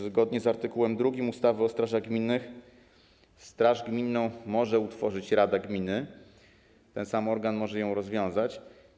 Zgodnie z art. 2 ustawy o strażach gminnych straż gminną może utworzyć rada gminy i ten sam organ może ją rozwiązać.